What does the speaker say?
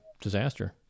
disaster